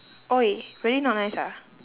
!oi! really not nice ah